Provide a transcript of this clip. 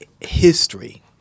history